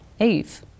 Eve